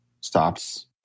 stops